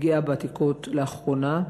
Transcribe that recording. פגיעה בעתיקות לאחרונה.